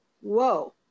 whoa